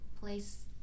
place